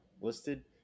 listed